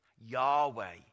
Yahweh